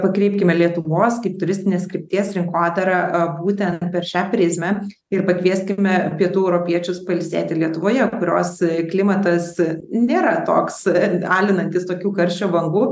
pakreipkime lietuvos kaip turistinės krypties rinkodarą būtent per šią prizmę ir pakvieskime pietų europiečius pailsėti lietuvoje kurios klimatas nėra toks alinantis tokių karščio bangų